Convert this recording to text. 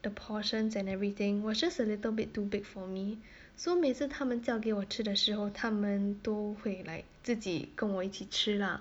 the portions and everything was just a little bit too big for me so 每次他们叫给我吃的时候他们都会 like 自己跟我一起吃 lah